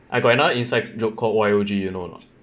I got another inside joke called Y_O_G you know anot